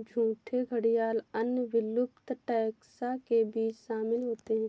झूठे घड़ियाल अन्य विलुप्त टैक्सा के बीच शामिल होते हैं